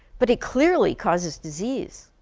but it clearly causes disease.